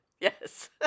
Yes